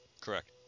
Correct